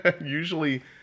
Usually